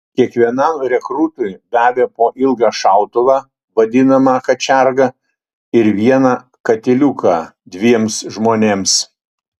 kiekvienam rekrūtui davė po ilgą šautuvą vadinamą kačergą ir vieną katiliuką dviems žmonėms